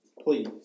Please